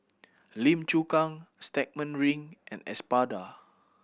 Lim Chu Kang Stagmont Ring and Espada